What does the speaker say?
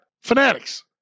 Fanatics